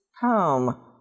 home